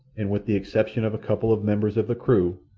and with the exception of a couple of members of the crew,